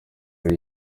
ari